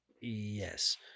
Yes